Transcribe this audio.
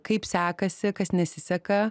kaip sekasi kas nesiseka